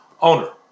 owner